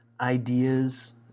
ideas